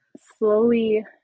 slowly